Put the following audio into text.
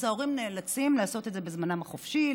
אז ההורים נאלצים לעשות את זה בזמנם החופשי,